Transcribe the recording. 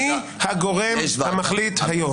מי הגורם המחליט היום?